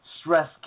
stress